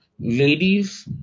ladies